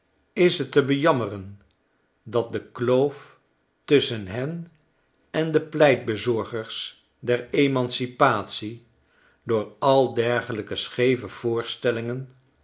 is t te bejammeren dat de kloof tusschen hen en de pleitbezorgers der emancipatie door al dergelijke scheeve voorstellingen